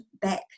back